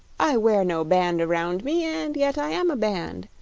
i wear no band around me, and yet i am a band!